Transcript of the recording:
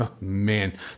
man